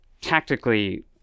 tactically